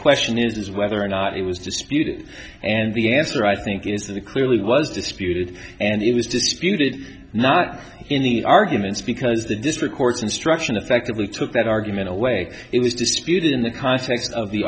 question is whether or not it was disputed and the answer i think is the clearly was disputed and it was disputed not in the arguments because the district court's instruction effectively took that argument away it was disputed in the context of the